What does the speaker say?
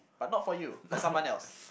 but not for you for someone else